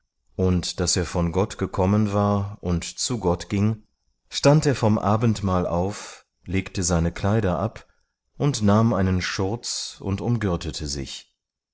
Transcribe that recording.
und daß er von gott gekommen war und zu gott ging stand er von abendmahl auf legte seine kleider ab und nahm einen schurz und umgürtete sich